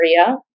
area